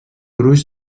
gruix